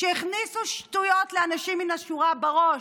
שהכניסו שטויות לאנשים מן השורה בראש.